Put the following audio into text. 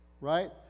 Right